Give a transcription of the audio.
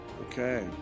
Okay